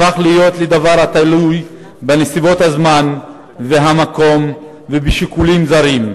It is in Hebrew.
הפך להיות לדבר התלוי בנסיבות הזמן והמקום ובשיקולים זרים.